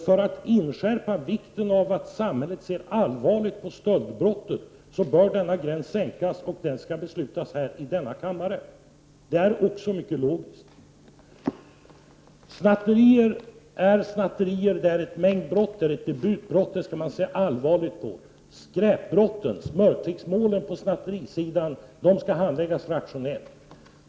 För att inskärpa vikten av att samhället ser allvarligt på stöldbrotten bör denna gräns sänkas, vilket skall beslutas av denna kammare. Detta är mycket logiskt. Man skall se allvarligt på snatterier när de utgör mängdbrott eller debutbrott. Skräpbrotten, smörklicksmålen när det gäller snatterisidan, skall handläggas rationellt.